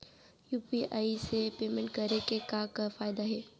UPI से payment करे के का का फायदा हे?